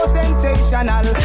sensational